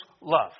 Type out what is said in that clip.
love